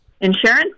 Insurance